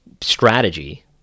strategy